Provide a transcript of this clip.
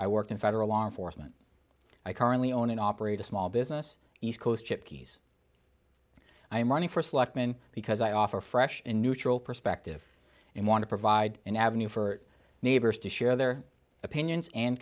i worked in federal law enforcement i currently own and operate a small business east coast chippies i am running for selectman because i offer fresh and neutral perspective and want to provide an avenue for neighbors to share their opinions and